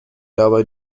dabei